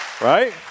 Right